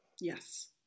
Yes